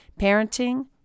parenting